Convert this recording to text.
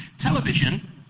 Television